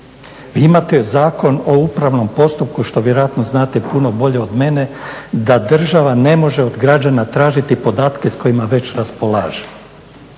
Vi imate Zakon o upravnom postupku što vjerojatno znate puno bolje od mene, da država ne može od građana tražiti podatke s kojima već raspolaže,